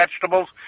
vegetables